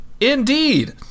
Indeed